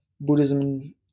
Buddhism